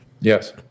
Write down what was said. Yes